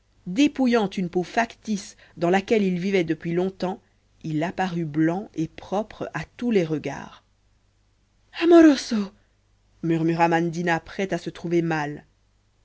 dépouillant une peau factice dans laquelle il vivait depuis longtemps il apparut blanc et propre à tous les regards amoroso murmura mandina prête à se trouver mal